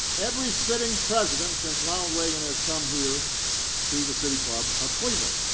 every sitting president since ronald reagan has come here to the city club of cleveland,